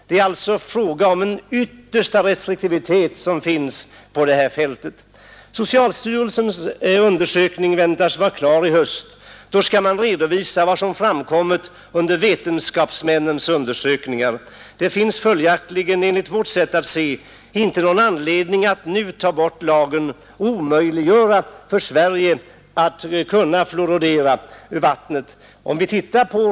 Det är alltså fråga om den yttersta restriktivitet. Socialstyrelsens undersökning väntas bli klar i höst. Då skall man redovisa vad som har framkommit under vetenskapsmännens undersökningar. Det finns följaktligen enligt vårt sätt att se inte någon anledning till att nu ta bort lagen och omöjliggöra för Sverige att kunna fluoridera vattnet.